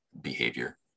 behavior